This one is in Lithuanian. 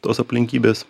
tos aplinkybės